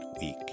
week